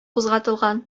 кузгатылган